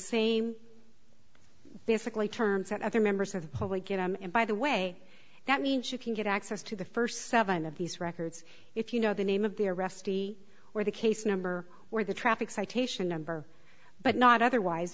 same basically terms that other members of the public get on and by the way that means you can get access to the first seven of these records if you know the name of the arrestee or the case number or the traffic citation number but not otherwise